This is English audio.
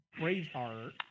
Braveheart